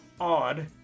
odd